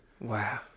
Wow